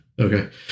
Okay